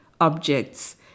objects